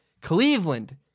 Cleveland